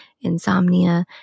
insomnia